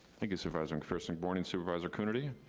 thank you, supervisor mcpherson. good morning, supervisor coonerty.